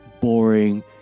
boring